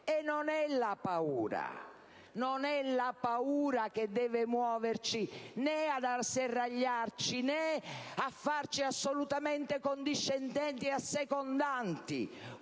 E non è la paura che deve muoverci, né farci asserragliare, né farci assolutamente condiscendenti o assecondanti.